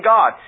God